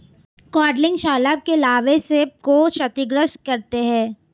codling शलभ के लार्वे सेब को क्षतिग्रस्त करते है